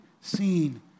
seen